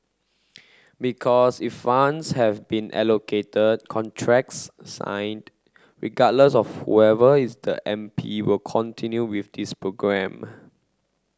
because if funds have been allocated contracts signed regardless of whoever is the M P will continue with this programme